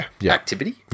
activity